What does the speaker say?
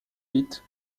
vite